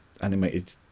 animated